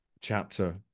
chapter